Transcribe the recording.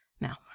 Now